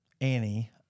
Annie